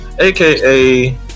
aka